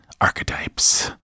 archetypes